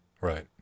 Right